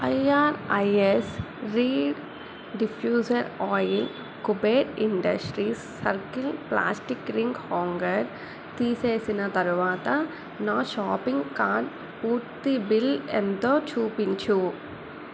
IRIS reed diffuser oil Kuber industries circle plastic ring hanger తీసేసిన తరువాత నా షాపింగ్ కార్ట్ పూర్తి బిల్ ఎంతో చూపించు